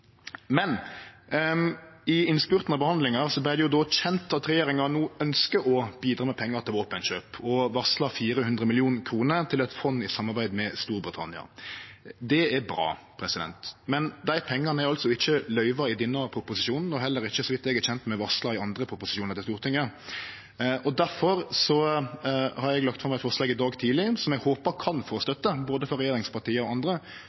Men i innspurten av behandlinga vart det kjent at regjeringa no ønskjer å bidra med pengar til våpenkjøp og varslar 400 mill. kr til eit fond i samarbeid med Storbritannia. Det er bra, men dei pengane er altså ikkje løyvde i denne proposisjonen og er heller ikkje, så vidt eg er kjend med, varsla i nokon annan proposisjon til Stortinget. Difor la eg i dag tidleg fram eit forslag som eg håpar kan få støtte frå både regjeringspartia og andre,